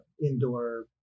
indoor